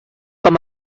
com